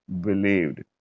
believed